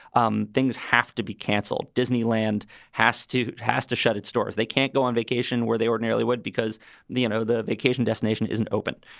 um things have to be canceled. disneyland has to has to shut its doors. they can't go on vacation where they ordinarily would. because the you know, the vacation destination isn't open.